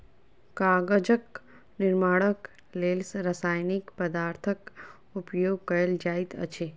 कागजक निर्माणक लेल रासायनिक पदार्थक उपयोग कयल जाइत अछि